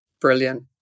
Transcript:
Brilliant